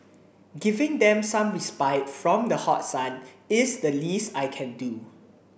giving them some respite from the hot sun is the least I can do